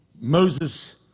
Moses